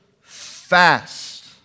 fast